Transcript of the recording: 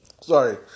Sorry